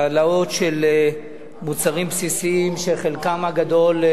העלאות של מוצרים בסיסיים שחלקם הגדול,